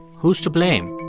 who's to blame?